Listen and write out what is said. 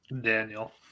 Daniel